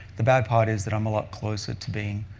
the bad part is that i'm a lot closer to being